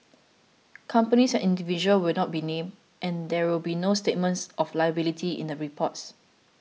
companies and individuals will not be named and there will be no statements of liability in the reports